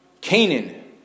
Canaan